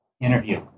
Interview